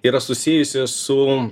yra susijusios su